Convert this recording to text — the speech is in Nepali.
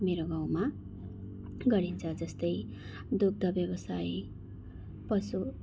मेरो गाउँमा गरिन्छ जस्तै दुग्ध व्यवसाय पशु